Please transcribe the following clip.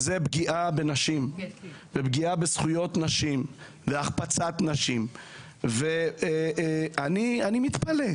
זו פגיעה בנשים ופגיעה בזכויות נשים והחפצת נשים ואני מתפלא,